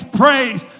praise